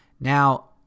Now